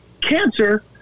cancer